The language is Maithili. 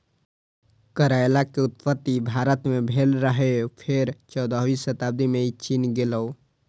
करैला के उत्पत्ति भारत मे भेल रहै, फेर चौदहवीं शताब्दी मे ई चीन गेलै